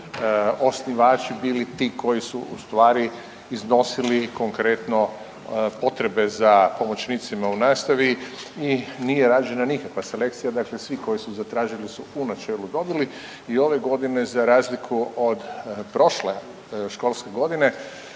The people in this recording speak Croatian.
osnivači bili ti koji su ustvari iznosili konkretno potrebe za pomoćnicima u nastavi i nije rađena nikakva selekcija, dakle koji su zatražili su u načelu dobili i ove godine za razliku od prošle školske godine